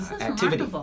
activity